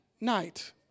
night